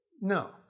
no